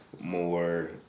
more